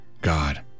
God